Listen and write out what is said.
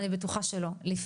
אני בטוחה, לא אמרתי שלא.